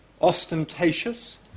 ostentatious